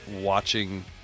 watching